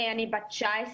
אני בת 19,